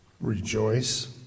Rejoice